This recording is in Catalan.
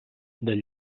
del